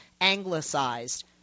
anglicized